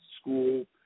School